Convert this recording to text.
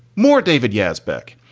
more. david yazbek,